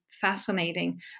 fascinating